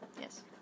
Yes